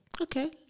okay